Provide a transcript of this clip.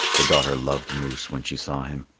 the daughter loved moose when she saw him.